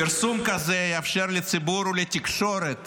פרסום כזה יאפשר לציבור ולתקשורת